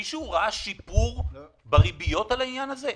מישהו ראה שיפור בריביות בשל העניין הזה?